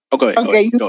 okay